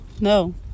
No